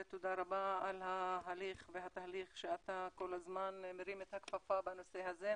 תודה רבה על ההליך והתהליך שאתה כל הזמן מרים את הכפפה בנושא הזה,